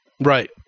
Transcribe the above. right